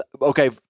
okay